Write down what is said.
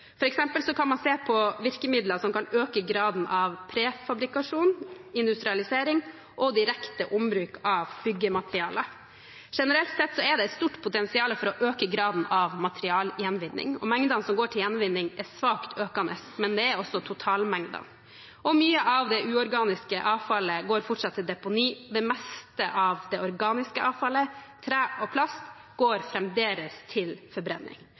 Man kan f.eks. se på virkemidler som kan øke graden av prefabrikasjon, industrialisering og direkte ombruk av byggematerialer. Generelt sett er det et stort potensial for å øke graden av materialgjenvinning. Mengden som går til gjenvinning, øker svakt, men det gjør også totalmengden. Mye av det uorganiske avfallet går fortsatt til deponi. Det meste av det organiske avfallet, tre og plast går fremdeles til forbrenning.